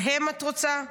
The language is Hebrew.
להן את רוצה?